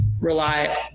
rely